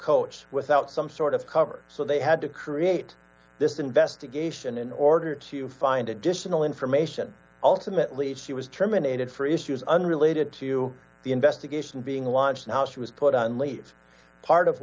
coach without some sort of cover so they had to create this investigation in order to find additional information ultimately she was terminated for issues unrelated to the investigation being launched how she was put on leads part of